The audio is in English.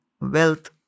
wealth